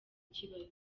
ikibazo